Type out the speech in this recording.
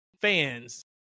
fans